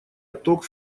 отток